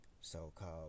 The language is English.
So-called